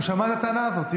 הוא שמע את הטענה הזאת.